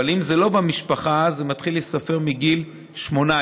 אבל אם זה לא במשפחה זה מתחיל להיספר מגיל 18,